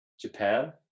Japan